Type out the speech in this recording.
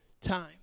time